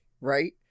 right